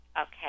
Okay